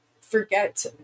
forget